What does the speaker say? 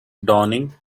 dawning